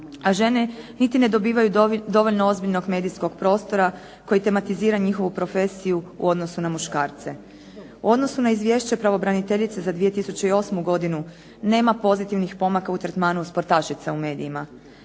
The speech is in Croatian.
a žene niti ne dobivaju dovoljno ozbiljnog medijskog prostora, koji tematizira njihovu profesiju u odnosu na muškarce. U odnosu na izvješće pravobraniteljice za 2008. godinu nema pozitivnih pomaka u tretmanu sportašica u medijima.